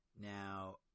Now